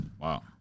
Wow